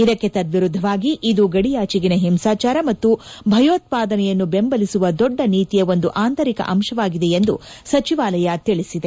ಇದಕ್ಕೆ ತದ್ವಿರುದ್ದವಾಗಿ ಇದು ಗಡಿಯಾಚೆಗಿನ ಹಿಂಸಾಚಾರ ಮತ್ತು ಭಯೋತ್ಪಾದನೆಯನ್ನು ಬೆಂಬಲಿಸುವ ದೊಡ್ಡ ನೀತಿಯ ಒಂದು ಆಂತರಿಕ ಅಂಶವಾಗಿದೆ ಎಂದು ಸಚಿವಾಲಯ ತಿಳಿಸಿದೆ